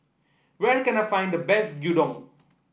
where can I find the best Gyudon